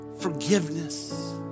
forgiveness